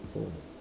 oh